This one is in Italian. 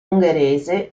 ungherese